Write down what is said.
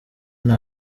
nta